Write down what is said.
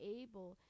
able